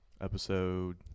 Episode